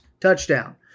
touchdown